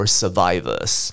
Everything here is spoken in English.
survivors